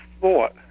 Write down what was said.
thought